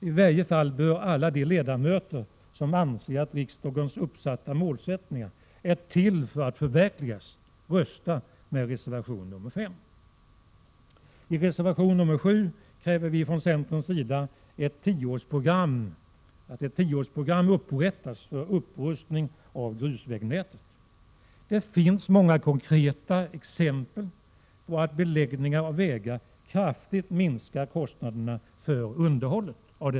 I varje fall bör alla de ledamöter som anser att riksdagens uppsatta målsättningar är till för att förverkligas rösta för reservation 5. I reservation 7 kräver vi från centerns sida att ett tioårsprogram upprättas för upprustning av grusvägnätet. Det finns många konkreta exempel på att beläggning av vägar kraftigt minskar kostnaderna för underhållet.